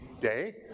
day